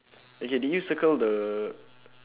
okay did you circle the